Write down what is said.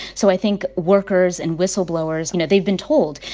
so i think workers and whistleblowers, you know, they've been told,